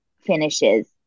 finishes –